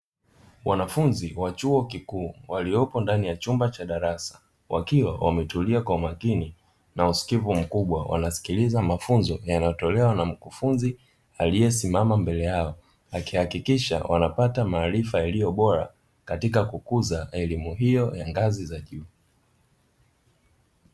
Wanafunzi wa chuo kikuu waliopo ndani ya chumba cha darasa, wakiwa wametulia kwa umakini na usikivu mkubwa; wanasikiliza mafunzo yanayotolewa na mkufunzi aliyesimama mbele yao, akihakikisha wanapata maarifa yaliyo bora katika kukuza elimu hiyo ya ngazi za juu.